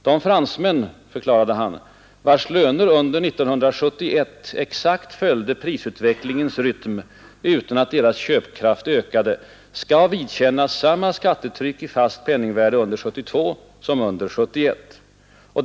De fransmän, förklarade han, vilkas löner under 1971 exakt följde prisutvecklingens rytm utan att deras köpkraft ökade, skall vidkännas samma skattetryck i fast penningvärde under 1972 som under 1971.